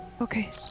Okay